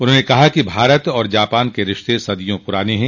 उन्होंने कहा कि भारत और जापान के रिश्ते सदियों पुराने हैं